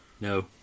No